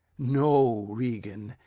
no, regan,